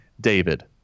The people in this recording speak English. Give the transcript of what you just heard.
David